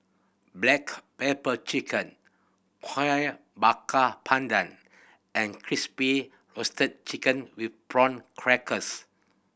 black pepper chicken Kueh Bakar Pandan and Crispy Roasted Chicken with Prawn Crackers